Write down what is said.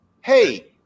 Hey